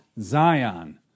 Zion